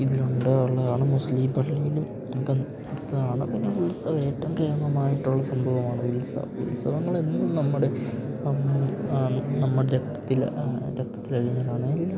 ഇതിലുണ്ടോ ഉള്ളതാണ് മുസ്ലീം പള്ളിയിൽ നമുക്ക് നടത്താണ് പിന്നെ ഉത്സവം ഏറ്റവും കേമമായിട്ടുള്ള സംഭവമാണ് ഉത്സവം ഉത്സവങ്ങളെന്നും നമ്മുടെ അന്ന് ആ നമ്മുടെ രക്തത്തിൽ ആ രക്തത്തിലലിഞ്ഞതാണെങ്കിൽ